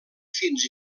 fins